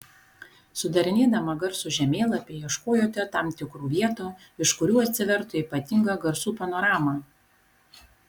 sudarinėdama garsų žemėlapį ieškojote tam tikrų vietų iš kurių atsivertų ypatinga garsų panorama